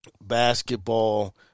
basketball